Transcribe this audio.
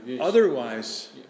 Otherwise